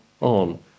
on